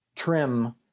trim